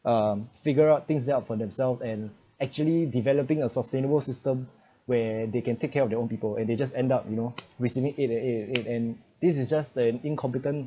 um figure out things out for themselves and actually developing a sustainable system where they can take care of their own people and they just end up you know receiving it aid and aid and this is just an incompetent